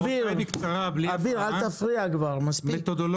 אביר, אל תפריע כבר, מספיק.